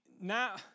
Now